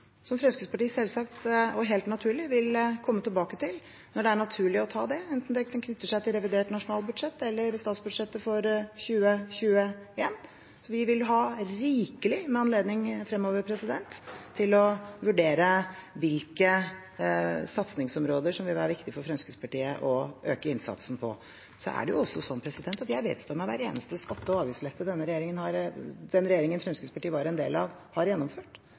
naturlig å gjøre det, enten det knytter seg til revidert nasjonalbudsjett eller statsbudsjettet for 2021. Vi vil ha rikelig anledning fremover til å vurdere hvilke satsingsområder som det vil være viktig for Fremskrittspartiet å øke innsatsen på. Jeg vedstår meg hver eneste skatte- og avgiftslettelse den regjeringen Fremskrittspartiet var en del av, har gjennomført